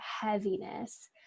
heaviness